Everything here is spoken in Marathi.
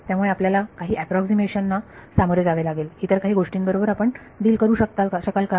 त्यामुळे आपल्याला काही अॅप्रॉक्सीमेशन ना सामोरे जावे लागेल इतर काही गोष्टींबरोबर आपण डिल करू शकाल का